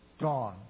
gone